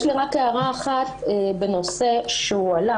יש לי רק הערה אחת בנושא שעלה.